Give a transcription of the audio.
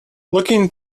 looking